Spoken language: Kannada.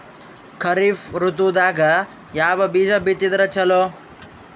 ಖರೀಫ್ ಋತದಾಗ ಯಾವ ಬೀಜ ಬಿತ್ತದರ ಚಲೋ?